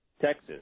Texas